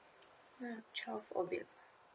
mm child for